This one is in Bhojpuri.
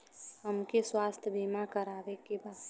हमके स्वास्थ्य बीमा करावे के बा?